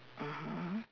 mmhmm